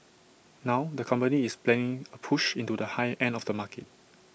now the company is planning A push into the high end of the market